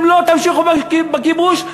אם לא תמשיכו בכיבוש,